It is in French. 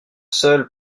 seul